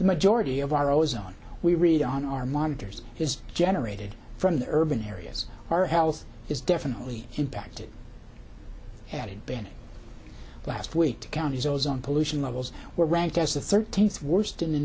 the majority of our ozone we read on our monitors is generated from the urban areas our health is definitely impacted having been last week to counties ozone pollution levels were ranked as the thirteenth worst in the